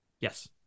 Yes